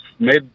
Made